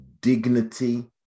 dignity